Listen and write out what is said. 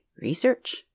research